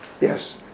Yes